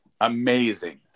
Amazing